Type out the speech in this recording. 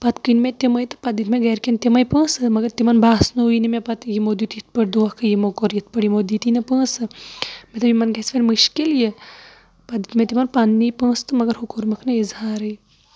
پَتہٕ کٕنۍ مےٚ تِمَے تہٕ پَتہٕ دِتۍ مےٚ گرِکٮ۪ن تِمَے پونٛسہٕ مَگر تِمن باسنوٕے نہٕ مےٚ یِمو دِیُت یِتھ پٲٹھۍ دۄنکھہٕ یِمو کوٚر یِتھ پٲٹھۍ یِمو دِتی نہٕ پونٛسہٕ مےٚ دوٚپ یِمن گژھِ وۄنۍ مُشکِل یہِ پَتہٕ دیُت مےٚ تِمن پَننی پونٛسہٕ تہٕ مَگر ہُہ کوٚرمَکھ نہٕ اِظہارٕے